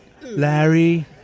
Larry